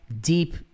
deep